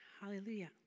hallelujah